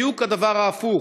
אז זה יהיה בדיוק הדבר ההפוך.